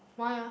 why ah